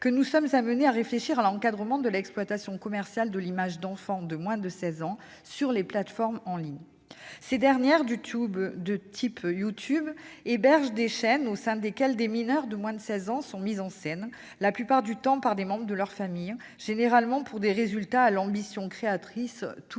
que nous sommes amenés à réfléchir à l'encadrement de l'exploitation commerciale de l'image d'enfants de moins de 16 ans sur les plateformes en ligne. Ces dernières, telles que YouTube, hébergent des chaînes sur lesquelles des mineurs de moins de 16 ans sont mis en scène, la plupart du temps par des membres de leur famille, l'ambition créatrice des